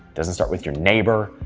doesn't start with your neighbor,